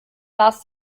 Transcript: las